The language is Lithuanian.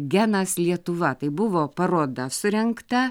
genas lietuva tai buvo paroda surengta